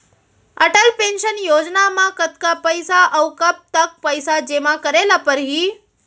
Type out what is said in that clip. Atal pension Yojana म कतका पइसा, अऊ कब तक पइसा जेमा करे ल परही?